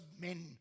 men